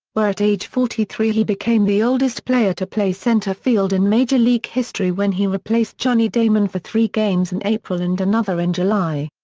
where at age forty three he became the oldest player to play center field in major league history when he replaced johnny damon for three games in april and another in july.